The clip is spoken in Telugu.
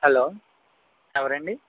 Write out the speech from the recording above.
హలో ఎవరండి